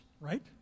right